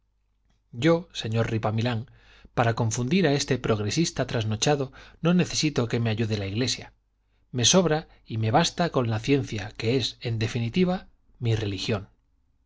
yo señor ripamilán para confundir a este progresista trasnochado no necesito que me ayude la iglesia me sobra y me basta con la ciencia que es en definitiva mi religión